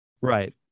Right